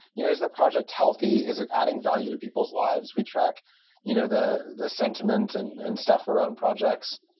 yeah is the project healthy? is it adding value to people's lives? we track you know the the sentiment and and stuff around projects.